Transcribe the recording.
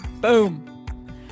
Boom